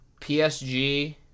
PSG